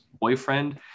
Boyfriend